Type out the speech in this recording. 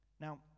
Now